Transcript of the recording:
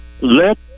Let